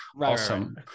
Awesome